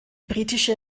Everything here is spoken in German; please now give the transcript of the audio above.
britische